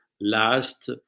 last